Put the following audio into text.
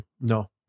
no